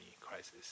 crisis